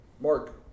Mark